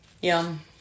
Yum